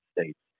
States